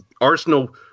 Arsenal